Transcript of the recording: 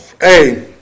Hey